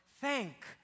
thank